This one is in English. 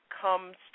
comes